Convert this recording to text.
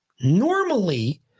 normally